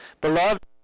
Beloved